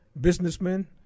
businessmen